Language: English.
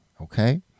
Okay